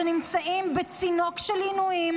נמצאים בצינוק של עינויים